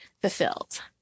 fulfilled